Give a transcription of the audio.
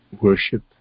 Worship